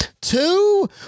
two